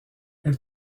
elle